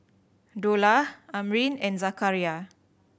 Dollah Amrin and Zakaria